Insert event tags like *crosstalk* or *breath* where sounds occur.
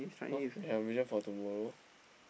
!huh! we have a vision for tomorrow *breath*